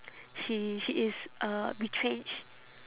she she is uh retrenched